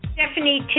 Stephanie